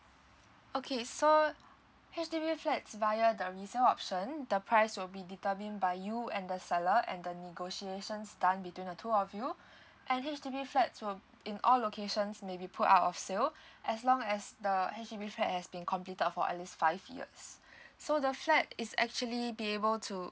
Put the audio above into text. okay so H_D_B flats via the resale option the price will be determined by you and the seller and the negotiations done between the two of you and H_D_B flats will in all locations maybe put out of sale as long as the H_D_B flat has been completed for at least five years so the flat is actually be able to